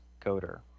coder